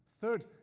third,